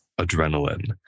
adrenaline